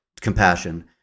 compassion